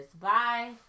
Bye